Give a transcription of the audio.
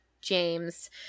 James